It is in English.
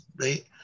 right